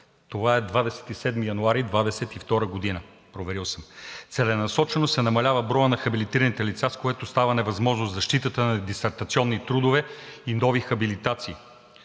Това е 27 януари 2022 г. – проверил съм. Целенасочено се намалява броят на хабилитираните лица, с което става невъзможна защитата на дисертационни трудове и нови хабилитации.